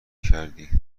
کردی